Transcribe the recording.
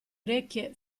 orecchie